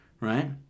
Right